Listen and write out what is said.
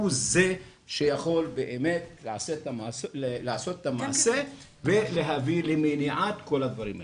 הוא זה שיכול באמת לעשות את המעשה ולהביא למניעת כל הדברים האלה.